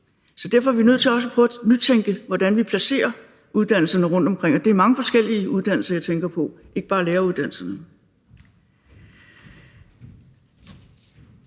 Derfor er vi nødt til også at prøve på at nytænke, hvordan vi placerer uddannelserne rundtomkring – og det er mange forskellige uddannelser, jeg tænker på, ikke bare læreruddannelsen.